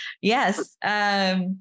Yes